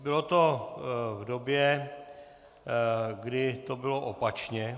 Bylo to v době, kdy to bylo opačně.